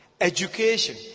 education